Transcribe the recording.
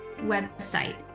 website